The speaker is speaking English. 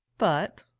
but?